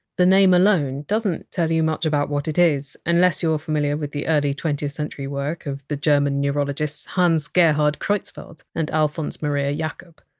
the name alone doesn't tell you much about what it is unless you are familiar with the early twentieth century work of the german neurologists hans gerhard creutzfeldt and alfons maria jakob.